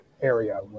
area